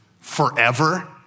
forever